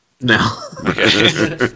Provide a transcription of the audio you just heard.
No